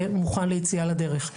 ומוכן ליציאה לדרך.